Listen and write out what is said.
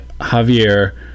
javier